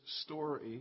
story